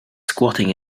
squatting